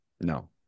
No